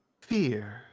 Fear